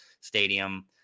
stadium